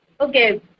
okay